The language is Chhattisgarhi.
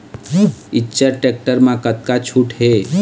इच्चर टेक्टर म कतका छूट हे?